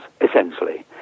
essentially